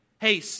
Hey